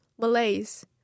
Malays